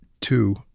two